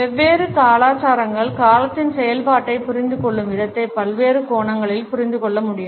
வெவ்வேறு கலாச்சாரங்கள் காலத்தின் செயல்பாட்டைப் புரிந்துகொள்ளும் விதத்தை பல்வேறு கோணங்களில் புரிந்து கொள்ள முடியும்